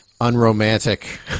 unromantic